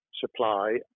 supply